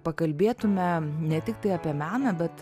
pakalbėtume ne tiktai apie meną bet